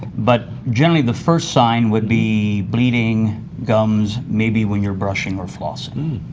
but generally the first sign would be bleeding gums, maybe when you're brushing or flossing,